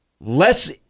less